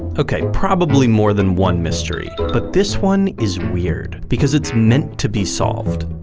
ok, probably more than one mystery, but, this one is weird because it's meant to be solved.